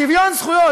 שוויון זכויות,